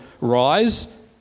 rise